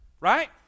right